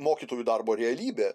mokytojų darbo realybė